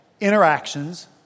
interactions